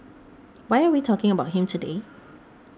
why are we talking about him today